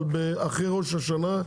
אבל אחרי ראש השנה,